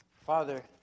Father